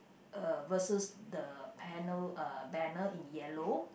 uh versus the panel uh banner in yellow